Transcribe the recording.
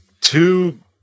two